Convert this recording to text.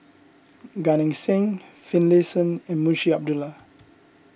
Gan Eng Seng Finlayson and Munshi Abdullah